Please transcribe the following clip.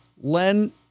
Len